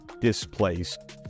displaced